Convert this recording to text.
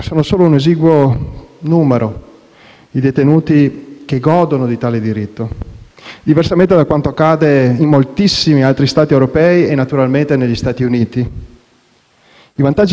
i detenuti che godono di tale diritto, diversamente da quanto accade in moltissimi altri Stati europei e naturalmente negli Stati Uniti. I vantaggi del lavoro in carcere sono molteplici.